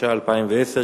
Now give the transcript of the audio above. התשע"א 2010,